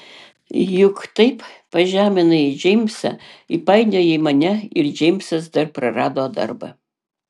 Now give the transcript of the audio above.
juk taip pažeminai džeimsą įpainiojai mane ir džeimsas dar prarado darbą